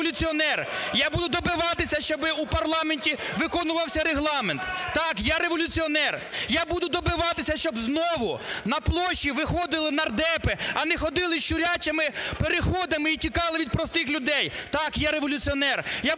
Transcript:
я революціонер, я буду добиватися, щоб в парламенті виконувався регламент. Так, я революціонер, я буду добиватися, щоб знову на площі виходили нардепи, а не ходили щурячими переходами і тікали від простих людей, Так, я – революціонер,